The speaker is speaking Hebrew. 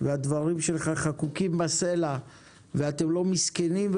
והדברים שלך חקוקים בסלע ואתם לא מסכנים,